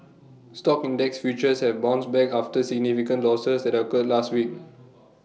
stock index futures have bounced back after significant losses that occurred last week